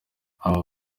abo